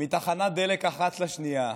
מתחנת דלק אחת לשנייה,